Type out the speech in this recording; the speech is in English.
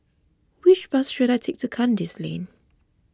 which bus should I take to Kandis Lane